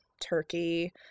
turkey